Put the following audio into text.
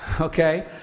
Okay